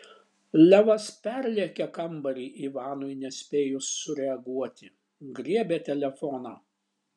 levas perlėkė kambarį ivanui nespėjus sureaguoti griebė telefoną